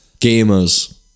Gamers